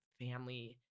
family